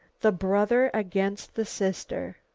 the brother against the sister.